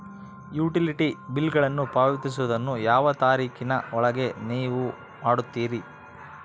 Utility ಬಿಲ್ಲುಗಳನ್ನು ಪಾವತಿಸುವದನ್ನು ಯಾವ ತಾರೇಖಿನ ಒಳಗೆ ನೇವು ಮಾಡುತ್ತೇರಾ?